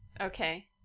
Okay